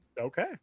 Okay